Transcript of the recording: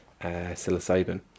psilocybin